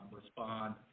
respond